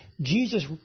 Jesus